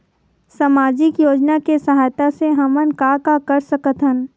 सामजिक योजना के सहायता से हमन का का कर सकत हन?